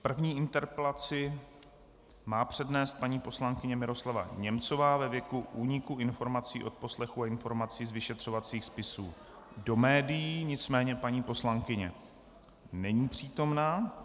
První interpelaci má přednést paní poslankyně Miroslava Němcová ve věci úniku informací z odposlechů a informací z vyšetřovacích spisů do médií, nicméně paní poslankyně není přítomna.